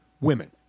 Women